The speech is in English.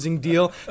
deal